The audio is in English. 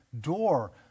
door